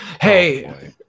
hey